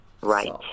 right